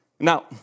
Now